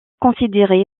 considéré